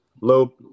low